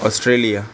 Australia